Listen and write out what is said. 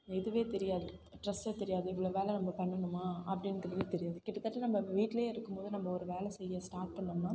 இதுவே தெரியாது ட்ரஸ்ஸே தெரியாது இவ்வளோ வேலை நம்ம பண்ணணுமா அப்படின்றதே தெரியாது கிட்டத்தட்ட நம்ம வீட்லேயே இருக்கும்போது நம்ம ஒரு வேலை செய்ய ஸ்டார்ட் பண்ணோம்னா